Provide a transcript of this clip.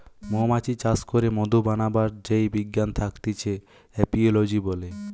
মৌমাছি চাষ করে মধু বানাবার যেই বিজ্ঞান থাকতিছে এপিওলোজি বলে